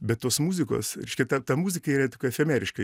be tos muzikos reiškia ta ta muzika yra tokia efemeriška